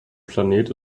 planet